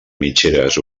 mitgeres